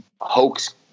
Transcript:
hoax